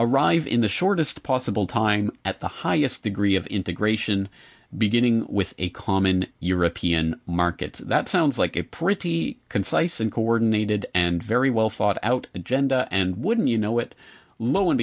arrive in the shortest possible time at the highest degree of integration beginning with a common european market that sounds like a pretty concise and coordinated and very well thought out agenda and wouldn't you know it lo and